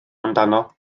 amdano